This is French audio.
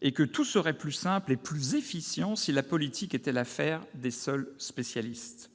et que tout deviendrait plus simple et plus efficient si la politique était l'affaire des seuls spécialistes.